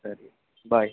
ಸರಿ ಬಾಯ್